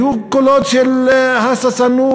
היו קולות של הססנות,